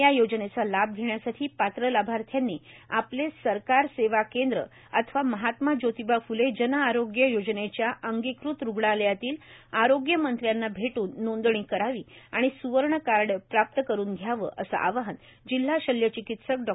या योजनेचा लाभ घेण्यासाठी पात्र लाभार्थ्यांनी आपले सरकार सेवा केंद्र अथवा महात्मा ज्योतिबा फुले जन आरोग्य योजनेचे अंगीकृत रुग्णालयातील आरोग्य मित्रांना भेटून नोंदणी करावी आणि गोल्डन कार्ड प्राप्त करून घ्यावं असं आवाहन जिल्हा शल्य चिकित्सक डॉ